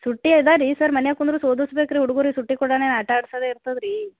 ಸುಟ್ಟಿ ಅದ ರೀ ಸರ್ ಮನ್ಯಾಗ ಕುಂದ್ರುಸಿ ಓದುಸ್ಬೇಕು ರೀ ಹುಡ್ಗ್ರಿಗೆ ಸುಟ್ಟಿ ಕೊಡೋಣ ಆಟ ಆಡ್ಸದು ಇರ್ತದೆ ರೀ